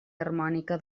harmònica